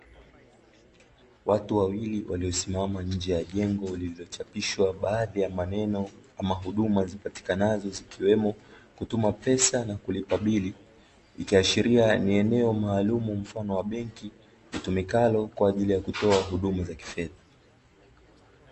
Watu wawili waliosimama nje ya jengo lililochapishwa baadhi ya maneno, kama huduma zipatikanazo zikiwemo kutuma pesa na kulipa bili. Ikiashiria ni eneo maalumu mfano wa benki litumikalo kwa ajili ya kutoa huduma za kifedha.